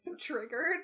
Triggered